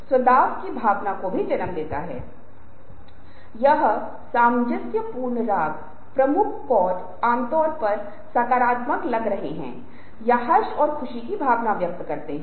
और आप उद्घाठन को देखें उद्घाठन भौतिक हो सकते है उद्घाटन जहा कोई साँस ले रहा हो जो बैचारिक उद्घाटन या कोई उद्घाठन हो सकता है